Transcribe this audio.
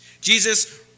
Jesus